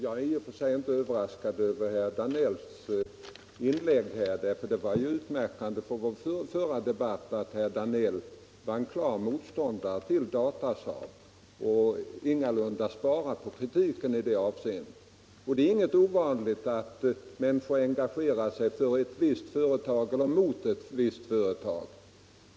Herr talman! Jag är inte överraskad över herr Danells inlägg. Det fram gick av vår förra debatt att herr Danell är en klar motståndare till Datasaab och ingalunda sparar på kritiken mot Datasaab. Och det är inget ovanligt att människor engagerar sig för ett visst företag eller mot ett visst företag.